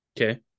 Okay